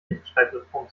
rechtschreibreform